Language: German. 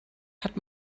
hat